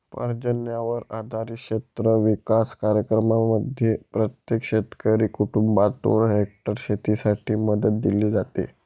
पर्जन्यावर आधारित क्षेत्र विकास कार्यक्रमांमध्ये प्रत्येक शेतकरी कुटुंबास दोन हेक्टर शेतीसाठी मदत दिली जाते